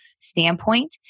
standpoint